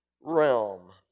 realm